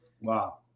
Wow